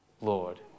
Lord